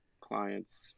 clients